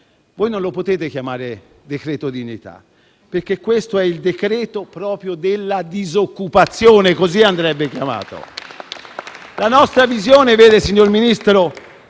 Voi non lo potete chiamare decreto dignità, perché questo è proprio il decreto della disoccupazione, così andrebbe chiamato.